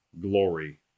glory